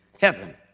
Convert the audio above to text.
Heaven